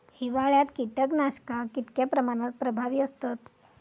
हिवाळ्यात कीटकनाशका कीतक्या प्रमाणात प्रभावी असतत?